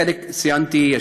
חלק ציינתי.